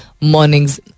mornings